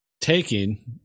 taking